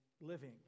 living